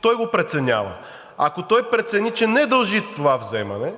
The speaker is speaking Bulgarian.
той го преценява. Ако той прецени, че не дължи това вземане,